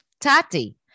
Tati